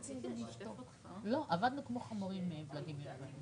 צריכים להיות שם 400 מיליון שקלים אבל בתקציב הזה יש 340 מיליון